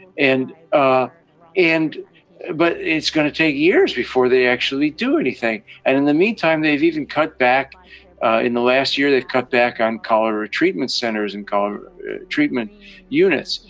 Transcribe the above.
and ah and but it's going to take years before they actually do anything. and in the meantime they've even cut back in the last year they've cut back on cholera treatment centers and cholera treatment units.